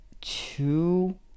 two